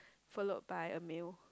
followed by a meal